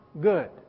good